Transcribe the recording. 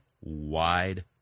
wide